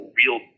real